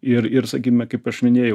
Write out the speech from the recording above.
ir ir sakime kaip aš minėjau